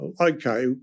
okay